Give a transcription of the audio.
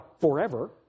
Forever